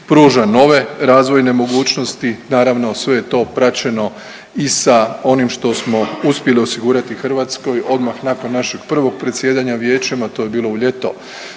pruža nove razvojne mogućnosti. Naravno sve je to praćeno i sa onim što smo uspjeli osigurati Hrvatskoj odmah nakon našeg prvog predsjedanja Vijećem a to je bilo u ljeto